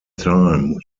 time